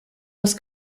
was